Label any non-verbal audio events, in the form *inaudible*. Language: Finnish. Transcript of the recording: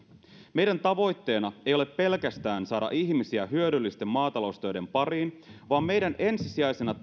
meidän tavoitteenamme ei ole pelkästään saada ihmisiä hyödyllisten maataloustöiden pariin vaan meidän ensisijaisena *unintelligible*